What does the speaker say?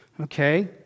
Okay